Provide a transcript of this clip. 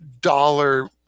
dollar